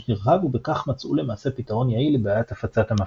נרחב ובכך מצאו למעשה פתרון יעיל לבעיית הפצת המפתחות.